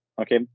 okay